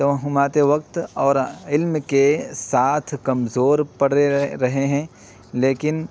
توہمات وقت اور علم کے ساتھ کمزور پڑے رہے ہیں لیکن